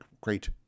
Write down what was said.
Great